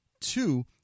Two